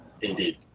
Indeed